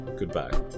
goodbye